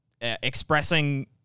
expressing